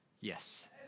Yes